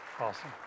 Awesome